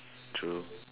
true